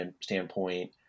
standpoint